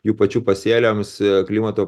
jų pačių pasėliams klimato